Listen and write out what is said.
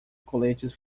coletes